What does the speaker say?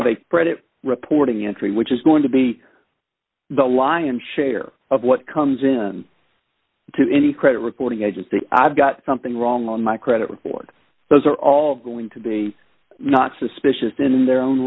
credit reporting entry which is going to be the lion's share of what comes in to any credit reporting agency i've got something wrong on my credit report those are all going to be not suspicious in their own